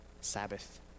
Sabbath